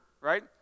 right